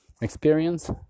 experience